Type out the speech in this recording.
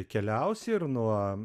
keliausi ir nuo